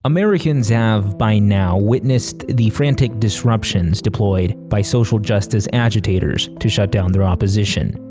americans have by now witnessed the frantic disruptions deployed by social justice agitators to shut down their opposition.